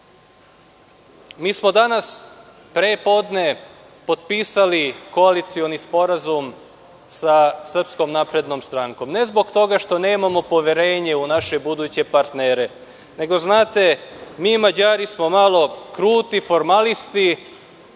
smo danas pre podne potpisali koalicioni sporazum sa SNS. Ne zbog toga što nemamo poverenje u naše buduće partnere, nego, znate, mi Mađari smo malo kruti, formalisti,